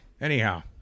Anyhow